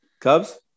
Cubs